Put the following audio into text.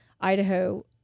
Idaho